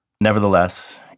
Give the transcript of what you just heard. Nevertheless